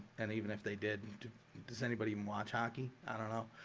and even if they did does anybody even watch hockey, i don't know